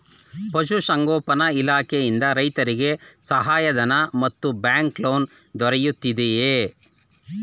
ಪಶು ಸಂಗೋಪನಾ ಇಲಾಖೆಯಿಂದ ರೈತರಿಗೆ ಸಹಾಯ ಧನ ಮತ್ತು ಬ್ಯಾಂಕ್ ಲೋನ್ ದೊರೆಯುತ್ತಿದೆಯೇ?